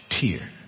tear